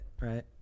right